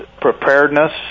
preparedness